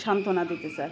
শান্তনা থেকে স্যার